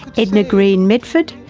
edna greene medford,